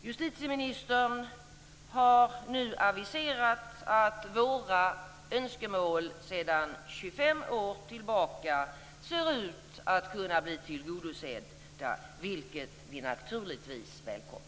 Justitieministern har nu aviserat att våra önskemål sedan 25 år kan komma att bli tillgodosedda, vilket vi naturligtvis välkomnar.